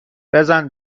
بزن